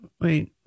Wait